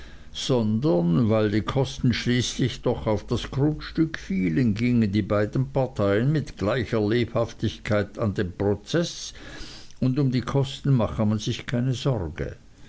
sondern weil die kosten schließlich doch auf das grundstück fielen gingen die beiden parteien mit gleicher lebhaftigkeit an den prozeß und um die kosten mache man sich keine sorge